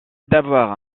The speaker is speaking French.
d’avoir